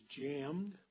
jammed